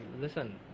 listen